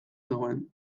zegoen